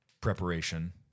preparation